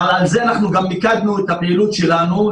אבל על זה גם מיקדנו את הפעילות שלנו,